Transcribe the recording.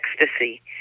ecstasy